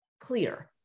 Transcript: clear